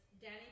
Danny